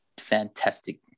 fantastic